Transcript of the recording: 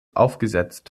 aufgesetzt